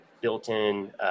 built-in